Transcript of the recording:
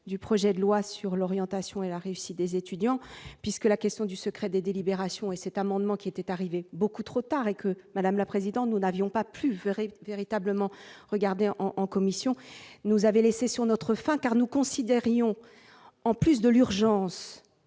du projet de loi sur l'orientation et la réussite des étudiants, puisque la question du secret des délibérations et cet amendement, qui était arrivé beaucoup trop tard et que madame la présidente, nous n'avions pas plus verrez véritablement regardez en en commission nous avait laissés sur notre faim car nous considérions en plus de l'urgence